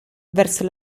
verso